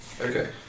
Okay